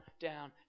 down